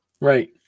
Right